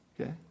Okay